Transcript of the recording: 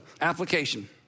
application